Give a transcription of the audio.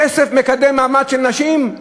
כסף מקדם מעמד של נשים?